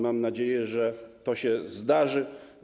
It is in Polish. Mam nadzieję, że to się zdarzy.